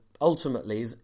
ultimately